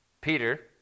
Peter